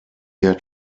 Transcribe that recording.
had